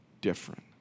different